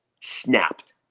Snapped